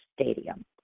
stadium